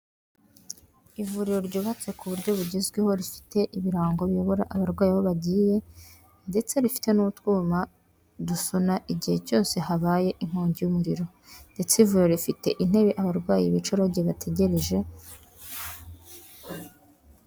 Ivuriro ryubatse ku buryo bugezweho, rifite ibirango biyobora abarwayi aho bagiye, ndetse rifite n'utwuma dusona igihe cyose habaye inkongi y'umuriro. Ndetse ivuriro rifite intebe abarwayi bicaraho igihe bategereje.